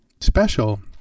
special